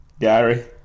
Gary